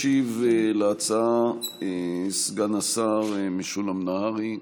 ישיב על הצעה סגן השר משולם נהרי.